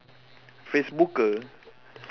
facebook